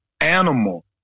animal